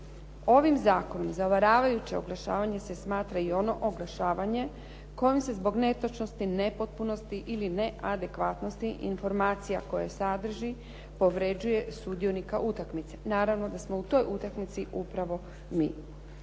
Ovim zakonom zavaravajuće oglašavanje se smatra i ono oglašavanje kojim se zbog netočnosti, nepotpunosti ili neadekvatnosti informacija koje sadrži povređuje sudionika utakmice. Naravno da smo u toj utakmici upravo mi.